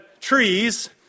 trees